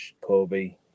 Kobe